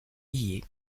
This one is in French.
liés